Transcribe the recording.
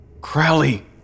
Crowley